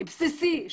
בסיסי,